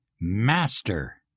master